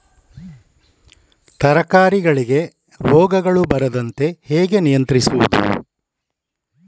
ತರಕಾರಿಗಳಿಗೆ ರೋಗಗಳು ಬರದಂತೆ ಹೇಗೆ ನಿಯಂತ್ರಿಸುವುದು?